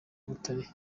butare